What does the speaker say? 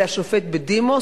אלא שופט בדימוס,